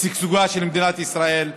לשגשוגה של מדינת ישראל,